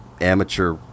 amateur